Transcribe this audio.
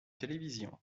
télévision